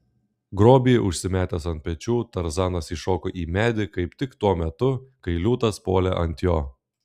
grobį užsimetęs ant pečių tarzanas įšoko į medį kaip tik tuo metu kai liūtas puolė ant jo